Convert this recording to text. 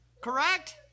Correct